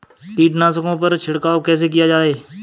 कीटनाशकों पर छिड़काव कैसे किया जाए?